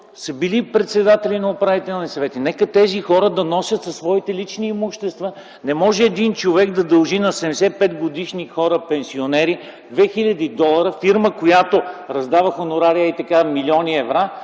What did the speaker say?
са били председатели на управителни съвети нека носят отговорност със своите лични имущества. Не може един човек да дължи на 75-годишни хора, пенсионери, 2000 долара. Не може фирма, която ей-така раздава хонорари от милиони евра,